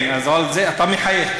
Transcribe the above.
כן, אתה מחייך.